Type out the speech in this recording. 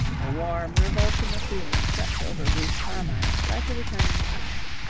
a warm revulsion of feeling swept over bruce carmyle like a returning tide.